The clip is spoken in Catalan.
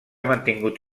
mantingut